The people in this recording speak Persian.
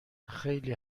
خیلی